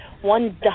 one